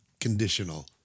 conditional